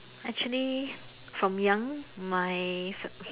actually from young my